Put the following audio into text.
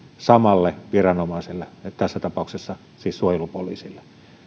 samalle viranomaiselle tässä tapauksessa siis suojelupoliisille